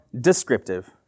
descriptive